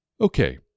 Okay